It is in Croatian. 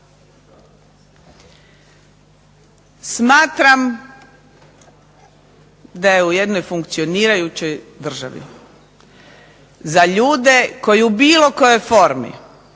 Smatram da je u jednoj funkcionirajućoj državi za ljude koji u bilo kojoj formi